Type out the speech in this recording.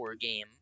game